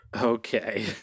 Okay